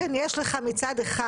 מצד אחד